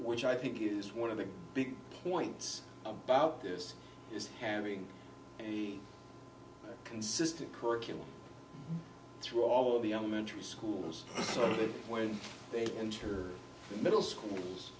which i think is one of the big points about this is having the consistent curriculum through all the elementary schools so when they enter middle school